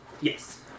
Yes